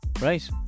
Right